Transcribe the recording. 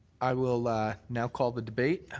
i will ah now call the debate.